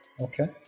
Okay